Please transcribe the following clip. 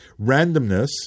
Randomness